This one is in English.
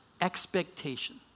expectation